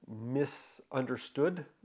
misunderstood